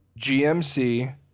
GMC